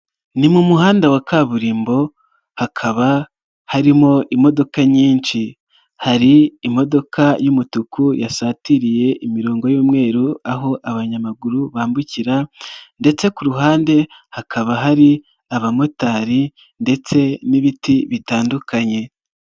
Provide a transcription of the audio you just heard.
Ni mu muhanda wa kaburimbo hakaba harimo imodoka nyinshi, hari imodoka y'umutuku yasatiriye imirongo y'umweru aho abanyamaguru bambukira ndetse ku ruhande hakaba hari abamotari ndetse n'ibiti bitandukanye.